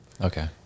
Okay